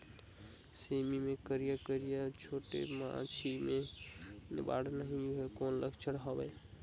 सेमी मे करिया करिया छोटे माछी हे बाढ़त नहीं हे कौन लक्षण हवय?